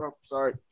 sorry